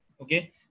Okay